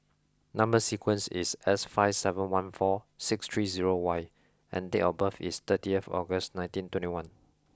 number sequence is S five seven one four six three zero Y and date of birth is thirty August nineteen twenty one